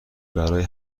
برای